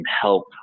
help